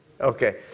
Okay